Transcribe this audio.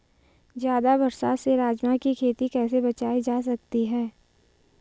ज़्यादा बरसात से राजमा की खेती कैसी बचायी जा सकती है?